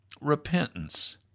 repentance